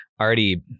already